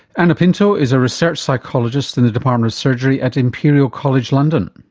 anna pinto is a research psychologist in the department of surgery at imperial college london.